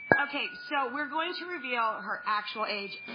okay so we're going to reveal her actual age.